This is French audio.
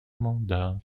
mandats